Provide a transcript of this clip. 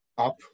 Up